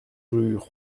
rue